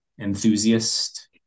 enthusiast